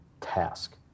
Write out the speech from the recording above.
task